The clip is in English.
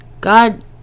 God